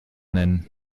nennen